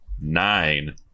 nine